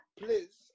Please